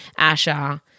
Asha